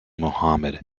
mohammed